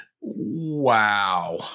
Wow